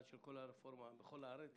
הרפורמה בכל הארץ